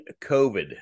COVID